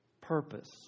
purpose